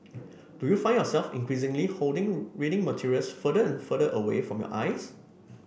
do you find yourself increasingly holding reading materials further and further away from your eyes